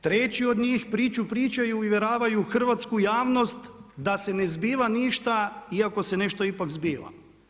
Treći od njih priču pričaju i uvjeravaju hrvatsku javnost da se ne zbiva ništa iako se nešto ipak zbiva.